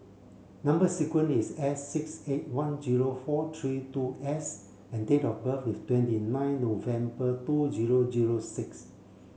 number sequence is S six eight one zero four three two S and date of birth is twenty nine November two zero zero six